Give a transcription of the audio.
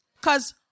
Cause